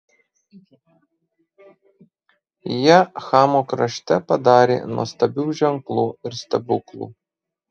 jie chamo krašte padarė nuostabių ženklų ir stebuklų